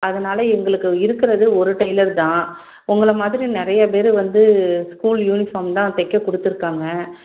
அதனால் எங்களுக்கு இருக்கிறது ஒரு டெய்லர் தான் உங்கள மாதிரி நிறைய பேர் வந்து ஸ்கூல் யூனிஃபார்ம் தான் தைக்க கொடுத்துருக்காங்க